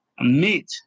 meet